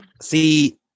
See